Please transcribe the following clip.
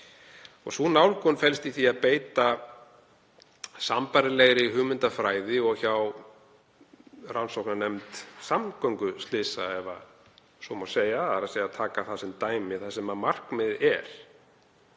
Sú nálgun felst í því að beita sambærilegri hugmyndafræði og hjá rannsóknarnefnd samgönguslysa, ef svo má segja eða taka það sem dæmi, þar sem markmiðið er,